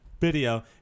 video